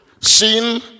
Sin